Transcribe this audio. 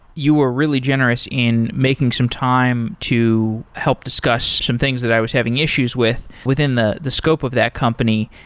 you were really generous in making some time to help discuss some things that i was having issues with within the the scope of that company.